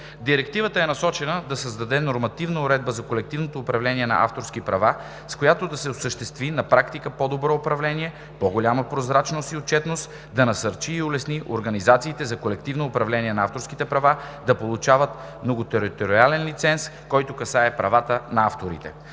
Директивата е насочена да създаде нормативна уредба за колективно управление на авторските права, с която да се осъществи на практика по-добро управление, по-голяма прозрачност и отчетност; да насърчи и улесни организациите за колективно управление на авторските права да получават многотериториален лиценз, който касае правата на авторите.